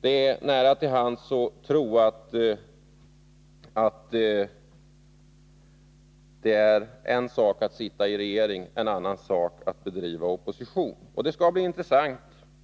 Det ligger nära till hands att tro att det är en sak att sitta i en regering, en annan sak att bedriva opposition. Det skall bli intressant